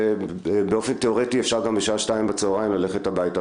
באופן תיאורטי אפשר גם בשעה 14:00 ללכת הביתה.